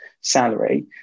salary